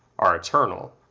are eternal.